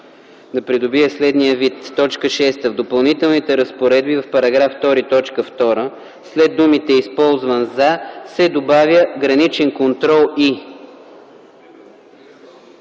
да придобие следния вид: „6. В Допълнителните разпоредби, в § 2, т. 2 след думите „използван за” се добавя „граничен контрол и”.